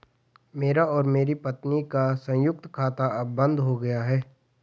मेरा और मेरी पत्नी का संयुक्त खाता अब बंद हो गया है